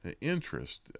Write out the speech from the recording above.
interest